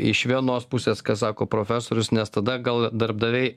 iš vienos pusės ką sako profesorius nes tada gal darbdaviai